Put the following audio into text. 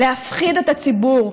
להפחיד את הציבור,